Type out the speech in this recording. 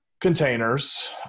containers